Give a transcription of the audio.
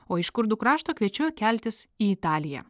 o iš kurdų krašto kviečiu keltis į italiją